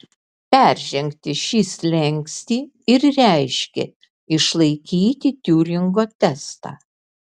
peržengti šį slenkstį ir reiškė išlaikyti tiuringo testą